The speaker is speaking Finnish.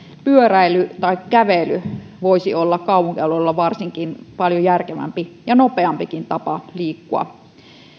pyöräily tai kävely voisi olla varsinkin kaupunkialueella paljon järkevämpi ja nopeampikin tapa liikkua